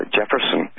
Jefferson